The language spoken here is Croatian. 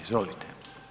Izvolite.